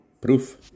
Proof